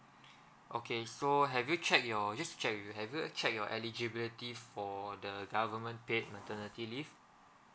okay so have you check your you just check with you have you check your eligibility for the government paid maternity leave